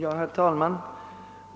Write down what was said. Herr talman!